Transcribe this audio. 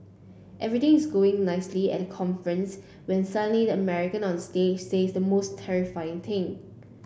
everything is going nicely at the conference when suddenly the American on stage says the most terrifying thing